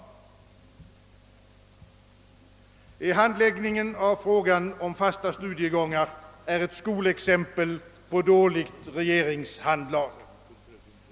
Handläggningen av frågan om fasta studiegångar är ett skolexempel på dåligt regeringshandlag.